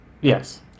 Yes